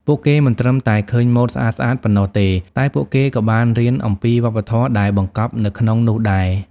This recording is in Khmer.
ពួកគេមិនត្រឹមតែឃើញម៉ូដស្អាតៗប៉ុណ្ណោះទេ តែពួកគេក៏បានរៀនអំពីវប្បធម៌ដែលបង្កប់នៅក្នុងនោះដែរ។